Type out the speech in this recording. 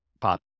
pop